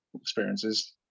experiences